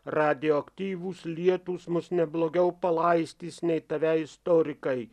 radioaktyvūs lietūs mus ne blogiau palaistys nei tave istorikai